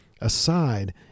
aside